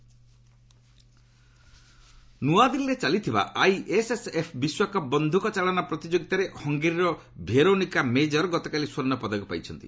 shooting ନ୍ତଆଦିଲ୍ଲୀରେ ଚାଲିଥିବା ISSF ବିଶ୍ୱକପ୍ ବନ୍ଧୁକ ଚାଳନା ପ୍ରତିଯୋଗିତାରେ ହଙ୍ଗେରୀର ଭେରୋନିକା ମେଜର ଗତକାଲି ସ୍ୱର୍ଣ୍ଣ ପଦକ ପାଇଛନ୍ତି